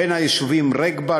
בין היישובים רגבה,